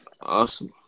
awesome